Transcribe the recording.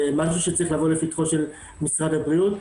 זה משהו שצריך לבוא לפתחו של משרד הבריאות.